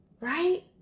right